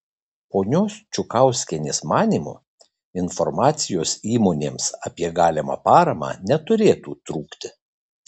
ponios čukauskienės manymu informacijos įmonėms apie galimą paramą neturėtų trūkti